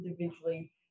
individually